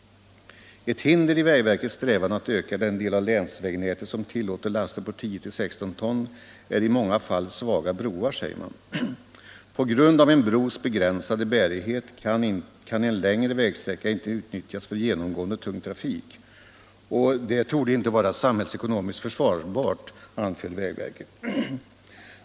Ett hinder i vägverkets strävan att öka den del av länsvägnätet som tillåter laster 93 på 10/16 ton är i många fall svaga broar, säger verket. På grund av en bros begränsade bärighet kan ofta en längre vägsträcka inte utnyttjas för genomgående tung trafik. Detta torde inte vara samhällsekonomiskt försvarbart, anför vägverket.